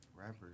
Rappers